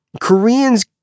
Koreans